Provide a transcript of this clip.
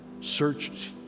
searched